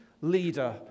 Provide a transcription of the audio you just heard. leader